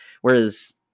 whereas